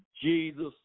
Jesus